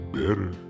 better